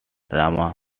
drama